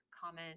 comment